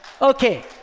Okay